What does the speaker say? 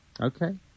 Okay